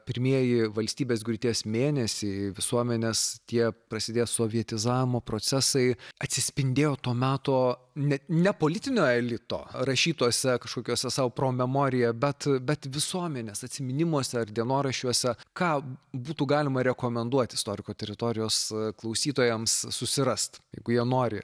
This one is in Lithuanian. pirmieji valstybės griūties mėnesiai visuomenes tie prasidėję sovietizavo procesai atsispindėjo to meto net ne politinio elito rašytuose kažkokiose sau promemorije bet bet visuomenės atsiminimuose ar dienoraščiuose ką būtų galima rekomenduoti istoriko teritorijos klausytojams susirast jeigu jie nori